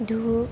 धुप